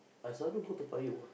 I sudden could buy you want